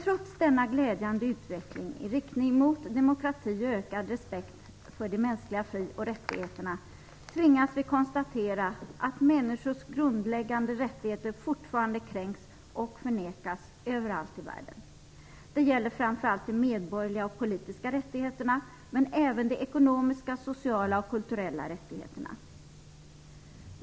Trots denna glädjande utveckling i riktning mot demokrati och ökad respekt för de mänskliga fri och rättigheterna tvingas vi konstatera att människors grundläggande rättigheter fortfarande kränks och förnekas överallt i världen. Det gäller framför allt de medborgerliga och politiska rättigheterna, men även de ekonomiska, sociala och kulturella rättigheterna.